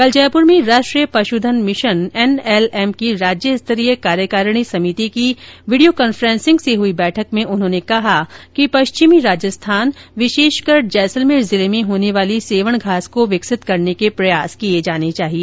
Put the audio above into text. कल जयपुर में राष्ट्रीय पशुधन मिशन एनएलएम की राज्य स्तरीय कार्यकारिणी समिति की वीडियो कॉन्फ्रेंसिंग से हुई बैठक में उन्होंने कहा कि पश्चिमी राजस्थान विशेषकर जैसलमेर जिले में होने वाली सेवण घास को विकसित करने के प्रयास किए जाने चाहिए